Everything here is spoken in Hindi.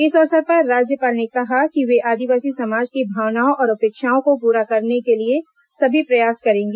इस अवसर पर राज्यपाल ने कहा कि वे आदिवासी समाज की भावनाओं और अपेक्षाओं को पूरा करने के लिए सभी प्रयास करेंगी